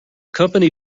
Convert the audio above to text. company